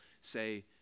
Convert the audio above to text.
say